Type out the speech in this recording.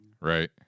right